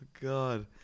god